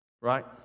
right